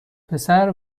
پسر